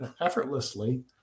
effortlessly